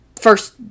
first